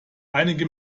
einige